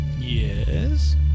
Yes